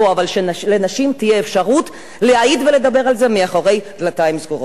אבל שלנשים תהיה אפשרות להעיד ולדבר על זה מאחורי דלתיים סגורות.